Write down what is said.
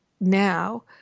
now